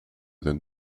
than